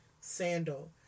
sandal